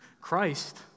Christ